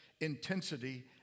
intensity